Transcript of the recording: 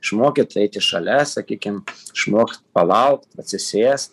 išmokyt eiti šalia sakykim išmokt palaukt atsisėst